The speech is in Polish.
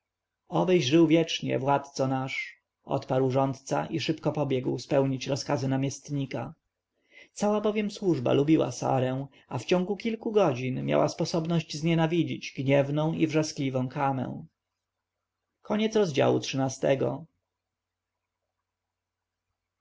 obyś żył wiecznie władco nasz odparł rządca i szybko pobiegł spełnić rozkazy namiestnika cała bowiem służba lubiła sarę a w ciągu kilku godzin miała sposobność znienawidzić gniewną i wrzaskliwą kamę